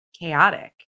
chaotic